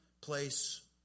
place